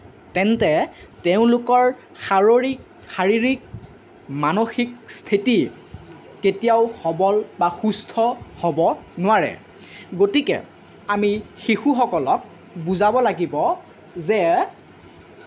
তেন্তে তেওঁলোকৰ শাৰৰিক শাৰীৰিক মানসিক স্থিতি কেতিয়াও সৱল বা সুস্থ হ'ব নোৱাৰে গতিকে আমি শিশুসকলক বুজাব লাগিব যে